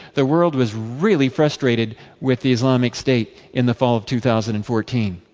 the world was really frustrated with the islamic state in the fall of two thousand and fourteen.